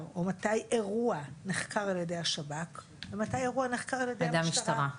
או מתי אירוע נחקר על ידי השב"כ ומתי אירוע נחקר על ידי המשטרה.